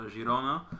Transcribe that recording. Girona